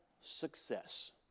success